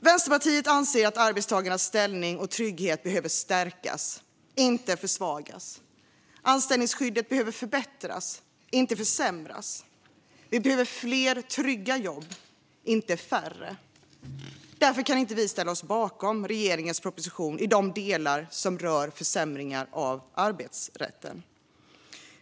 Vänsterpartiet anser att arbetstagarnas ställning och trygghet behöver stärkas, inte försvagas. Anställningsskyddet behöver förbättras, inte försämras. Vi behöver fler trygga jobb, inte färre. Vi kan därför inte ställa oss bakom regeringens proposition i de delar som rör försämringar av arbetsrätten.